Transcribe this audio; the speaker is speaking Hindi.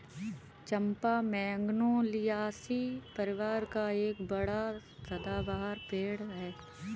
चंपा मैगनोलियासी परिवार का एक बड़ा सदाबहार पेड़ है